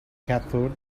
cathode